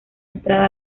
entrada